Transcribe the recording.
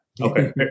Okay